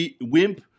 wimp